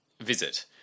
visit